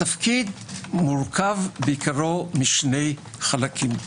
התפקיד מורכב בעיקרו משני חלקים.